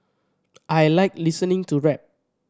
I like listening to rap